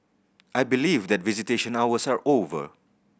I believe that visitation hours are over